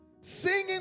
singing